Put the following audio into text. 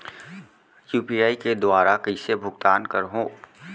UPI के दुवारा कइसे भुगतान करहों?